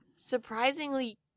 surprisingly